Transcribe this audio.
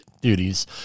duties